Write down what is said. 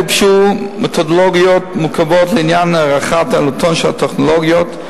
גובשו מתודולוגיות מורכבות לעניין הערכת עלותן של הטכנולוגיות,